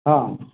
ହଁ